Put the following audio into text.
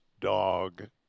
dog